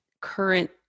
current –